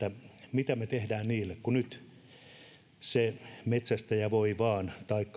mitä me teemme niille kun nyt se metsästäjä tai kalastaja voi vain